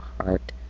heart